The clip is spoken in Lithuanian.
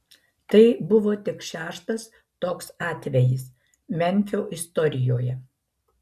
tai buvo tik šeštas toks atvejis memfio istorijoje